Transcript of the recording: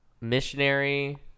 missionary